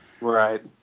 Right